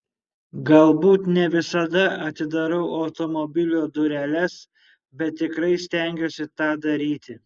galbūt ne visada atidarau automobilio dureles bet tikrai stengiuosi tą daryti